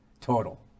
Total